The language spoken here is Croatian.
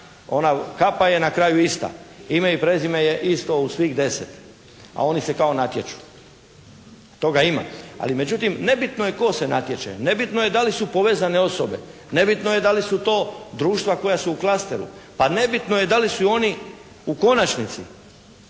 Ona kapa je na kraju ista, ime i prezime je isto u svih 10, a oni se kao natječu. A toga ima. Ali međutim nebitno je tko se natječe, nebitno je da li su povezane osobe, nebitno je da li su to društva koja su u klasteru, pa nebitno je da li su i oni u konačnici